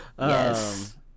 Yes